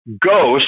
Ghost